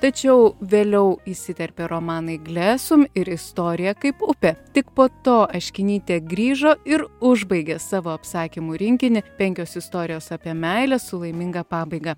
tačiau vėliau įsiterpė romanai glesum ir istorija kaip upė tik po to aškinytė grįžo ir užbaigė savo apsakymų rinkinį penkios istorijos apie meilę su laiminga pabaiga